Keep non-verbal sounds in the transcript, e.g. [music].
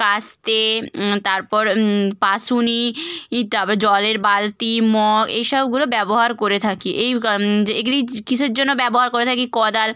কাস্তে তারপর পাসুনি [unintelligible] তাপর জলের বালতি মগ এই সবগুলো ব্যবহার করে থাকি এই [unintelligible] যে এগুলি কীসের জন্য ব্যবহার করে থাকি কদাল